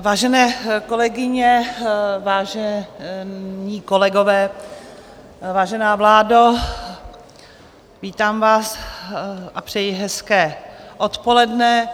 Vážené kolegyně, vážení kolegové, vážená vládo, vítám vás a přeji hezké odpoledne.